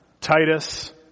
Titus